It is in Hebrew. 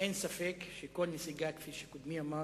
אין ספק שכל נסיגה, כפי שקודמי אמר,